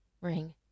ring